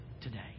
today